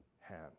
hands